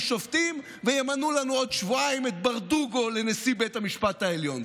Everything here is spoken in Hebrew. שופטים וימנו לנו עוד שבועיים את ברדוגו לנשיא בית המשפט העליון.